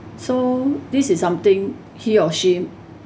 so this is something he or she